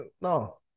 No